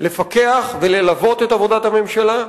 לפקח וללוות את עבודת הממשלה.